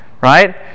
right